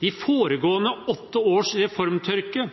De foregående åtte års reformtørke